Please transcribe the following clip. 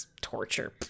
torture